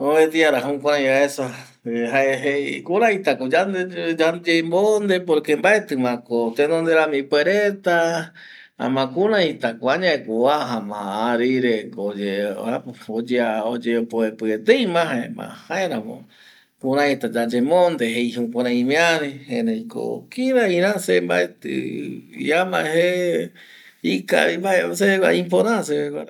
Mopeti ara jukurai aesa jae jei kuraita ko yayemonde porque mbaeti ma ko tenonde rami ipuereta jaema kuraita ko añae ko vuaja ma arire ko oyepoepi eteima jaema jaeramo kuraita yayemonde jei jukurai imiari erei ko kirai ra se mbaeti vi amae je ikavimbae, sevegua ipora a sevegua